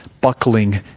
buckling